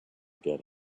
get